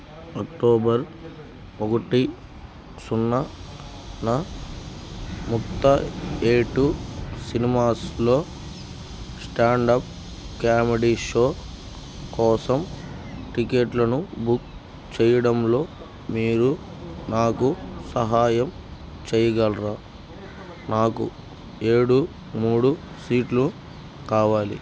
October ఒకటి సున్నా న ముక్తా ఏటూ సినిమాస్లో స్టాండ్ అప్ క్యామెడీ షో కోసం టికెట్లను బుక్ చేయడంలో మీరు నాకు సహాయం చేయగలరా నాకు ఏడు మూడు సీట్లు కావాలి